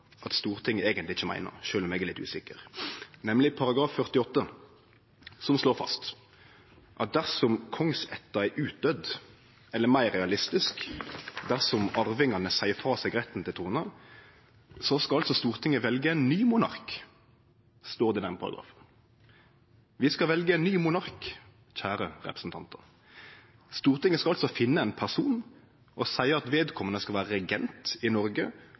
at Stortinget eigentleg ikkje meiner – sjølv om eg er litt usikker – nemleg § 48, som slår fast at dersom kongsætta er utdøydd, eller – meir realistisk – dersom arvingane seier frå seg retten til trona, skal Stortinget velje ein ny monark. Det står det i den paragrafen. Vi skal velje ein ny monark, kjære representantar. Stortinget skal altså finne ein person og seie at vedkomande skal vere regent i Noreg,